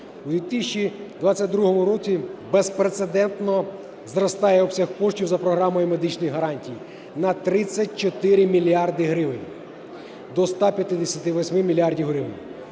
У 2022 році безпрецедентно зростає обсяг коштів за програмою медичних гарантій на 34 мільярди гривень до 158 мільярдів гривень.